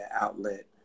outlet